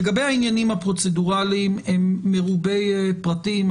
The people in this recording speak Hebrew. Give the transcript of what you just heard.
לגבי העניינים הפרוצדורליים, הם מרובי פרטים.